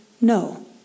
No